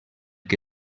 que